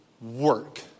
work